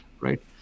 right